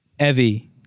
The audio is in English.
Evie